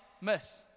miss